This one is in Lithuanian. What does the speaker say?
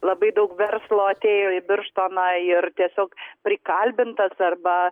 labai daug verslo atėjo į birštoną ir tiesiog prikalbintas arba